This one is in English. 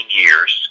years